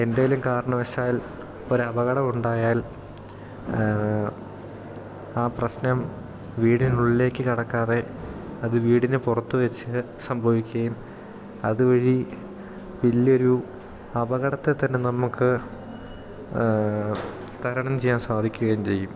എന്തേലും കാരണവശാൽ ഒരപകടം ഉണ്ടായാൽ ആ പ്രശ്നം വീടിനുള്ളിലേക്ക് കടക്കാതെ അത് വീടിന് പുറത്ത് വെച്ച് സംഭവിക്കുകയും അതുവഴി വലിയൊരു അപകടത്തെ തന്നെ നമുക്ക് തരണം ചെയ്യാൻ സാധിക്കുകയും ചെയ്യും